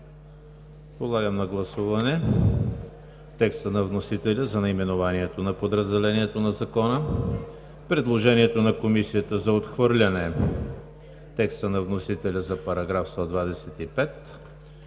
Подлагам на гласуване текста на вносителя за наименованието на подразделението на Закона; предложението на Комисията за отхвърляне текста на вносителя за § 125